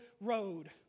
road